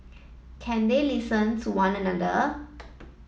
can they listen to one another